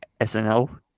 SNL